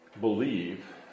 believe